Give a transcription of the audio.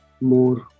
more